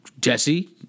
Jesse